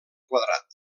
quadrat